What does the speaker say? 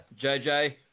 JJ